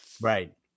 right